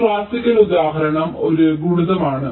ഒരു ക്ലാസിക്കൽ ഉദാഹരണം ഒരു ഗുണിതമാണ്